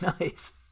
nice